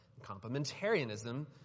Complementarianism